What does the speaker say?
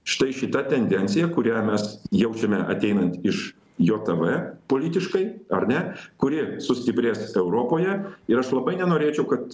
štai šita tendencija kurią mes jaučiame ateinant iš jav politiškai ar ne kuri sustiprės europoje ir aš labai nenorėčiau kad